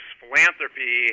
philanthropy